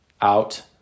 out